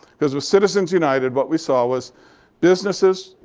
because with citizens united, what we saw was businesses,